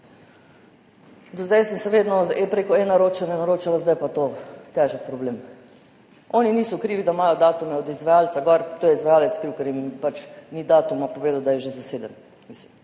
Do zdaj sem se vedno prek eNaročanja naročala, zdaj je pa to težek problem. Oni niso krivi, da imajo datume od izvajalca gori, za to je izvajalec kriv, ker jim pač ni datuma povedal, da je že zaseden.